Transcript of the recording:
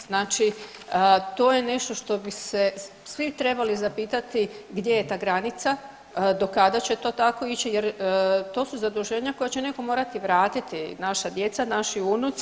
Znači to je nešto što bi se svi trebali zapitati gdje je ta granica, do kada će to tako ići jer to su zaduženja koja će netko morati vratiti, naša djeca, naši unuci.